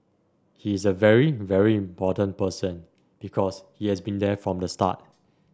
he is a very very important person because he has been there from the start